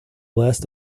last